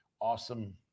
Awesome